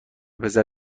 پسر